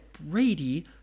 Brady